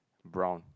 brown